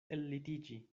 ellitiĝi